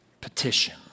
petition